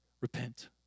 repent